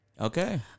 Okay